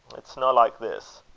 it's no like this!